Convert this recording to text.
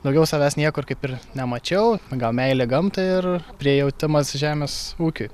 daugiau savęs niekur kaip ir nemačiau gal meilė gamtai ir prijautimas žemės ūkiui